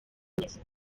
neza